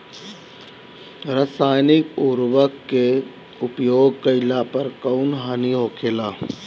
रसायनिक उर्वरक के उपयोग कइला पर कउन हानि होखेला?